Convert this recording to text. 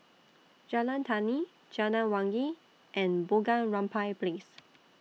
Jalan Tani Jalan Wangi and Bunga Rampai Place